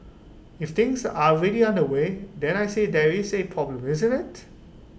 if things are already underway then I say there is A problem isn't IT